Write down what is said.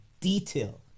detail